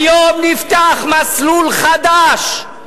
היום נפתח מסלול חדש,